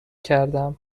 کردم